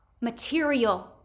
material